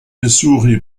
missouri